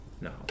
No